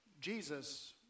Jesus